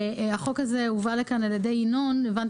והחוק הזה הובא לכאן על ידי ינון, אז